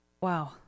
Wow